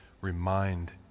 remind